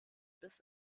bis